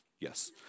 Yes